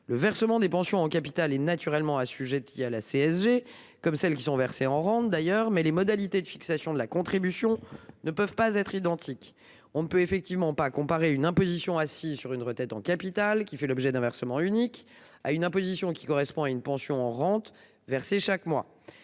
le versement des pensions en capital et naturellement assujettis à la CSG comme celles qui sont versées en ronde d'ailleurs mais les modalités de fixation de la contribution ne peuvent pas être identique. On ne peut effectivement pas comparer une imposition assis sur une vedette en capital, qui fait l'objet d'un versement unique à une imposition qui correspond à une pension en rente versée chaque mois.